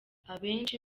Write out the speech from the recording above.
abenshi